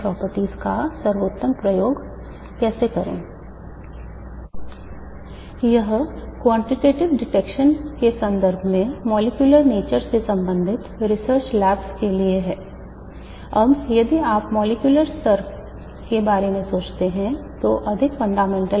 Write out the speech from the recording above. आप में से कुछ लोग प्रयोगशाला में गए हैं हालांकि यह पता लगाने के लिए कि आपके शरीर में क्या होता है यह काफी महंगा प्रयोग है